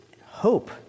hope